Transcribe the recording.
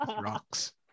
rocks